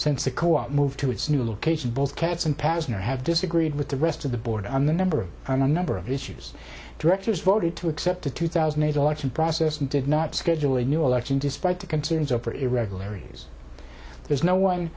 since the co op moved to its new location both cats and passenger have disagreed with the rest of the board on the number of a number of issues directors voted to accept the two thousand election process and did not schedule a new election despite the concerns over irregularities there's no